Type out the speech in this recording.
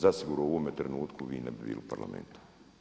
Zasigurno u ovome trenutku vi ne bi bili u Parlamentu.